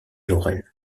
laurel